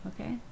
Okay